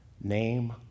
name